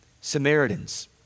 Samaritans